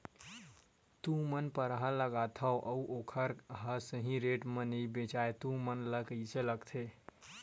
तू मन परहा लगाथव अउ ओखर हा सही रेट मा नई बेचवाए तू मन ला कइसे लगथे?